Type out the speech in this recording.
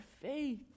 faith